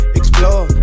explore